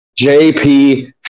jp